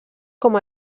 com